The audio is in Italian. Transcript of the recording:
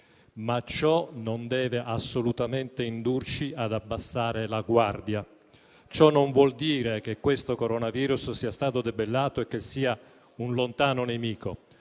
tuttavia non deve assolutamente indurci ad abbassare la guardia e non vuol dire che questo Coronavirus sia stato debellato e che sia un lontano nemico,